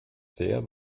sehr